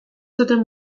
zuten